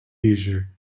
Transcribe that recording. leisure